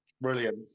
Brilliant